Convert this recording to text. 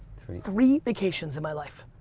three three vacations in my life.